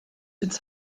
its